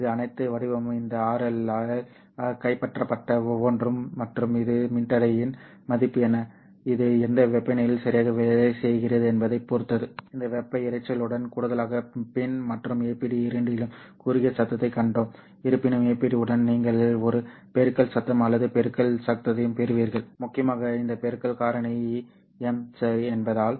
இது அனைத்து வடிவமும் இந்த RL இல் கைப்பற்றப்பட்ட ஒவ்வொன்றும் மற்றும் இது மின்தடையின் மதிப்பு என்ன இது எந்த வெப்பநிலையில் சரியாக வேலை செய்கிறது என்பதைப் பொறுத்தது இந்த வெப்ப இரைச்சலுடன் கூடுதலாக PIN மற்றும் APD இரண்டிலும் குறுகிய சத்தத்தைக் கண்டோம் இருப்பினும் APD உடன் நீங்கள் ஒரு பெருக்கல் சத்தம் அல்லது பெருக்கல் சத்தத்தையும் பெறுவீர்கள் முக்கியமாக இந்த பெருக்கல் காரணி M என்பதால்